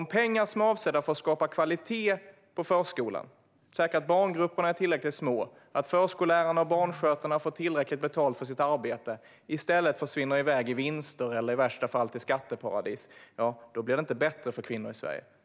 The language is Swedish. Om pengar som är avsedda för att skapa kvalitet i förskolan, för att säkra att barngrupperna är tillräckligt små och för att förskollärarna och barnskötarna ska få tillräckligt betalt för sitt arbete i stället försvinner iväg i vinster eller, i värsta fall, till skatteparadis blir det inte bättre för kvinnor i Sverige.